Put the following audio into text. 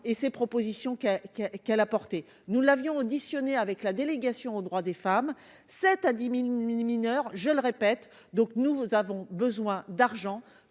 et ses propositions qui qui qu'elle a porté, nous l'avions auditionnées avec la délégation aux droits des femmes 7 à 10000 1000 mineurs, je le répète, donc nous vous avons besoin d'argent